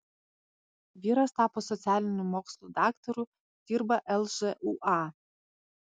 vyras tapo socialinių mokslų daktaru dirba lžūa